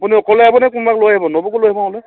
আপুনি অকলে আহিব নে কোনোবাক লৈ আহিব নবৌকো লৈ আহিব